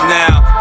now